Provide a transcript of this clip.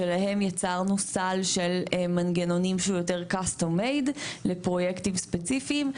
שלהם יצרנו סל של מגנונים שהוא יותר קסטום מייד לפרויקטים ספציפיים.